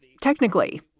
technically